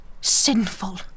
sinful